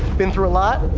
been through a lot.